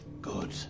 Good